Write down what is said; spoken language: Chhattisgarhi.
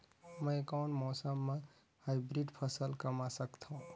मै कोन मौसम म हाईब्रिड फसल कमा सकथव?